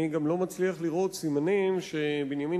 אני גם לא מצליח לראות סימנים שבנימין